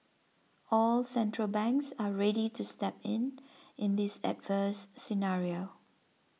all central banks are ready to step in in this adverse scenario